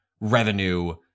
revenue